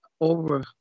over